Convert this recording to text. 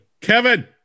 kevin